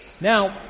Now